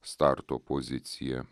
starto pozicija